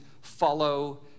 follow